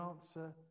answer